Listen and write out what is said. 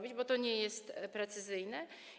Bo to nie jest precyzyjne.